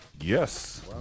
Yes